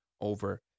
over